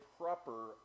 proper